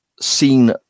seen